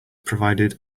provided